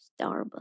Starbucks